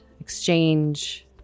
exchange